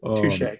touche